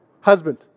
husband